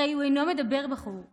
הרי הוא אינו מדבר ברור,